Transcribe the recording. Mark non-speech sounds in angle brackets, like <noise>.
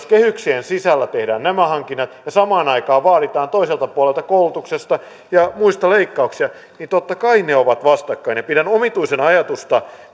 <unintelligible> kehyksien sisällä tehdään nämä hankinnat ja samaan aikaan vaaditaan toiselta puolelta koulutuksesta ja muista leikkauksia totta kai ne ovat vastakkain pidän omituisena ajatusta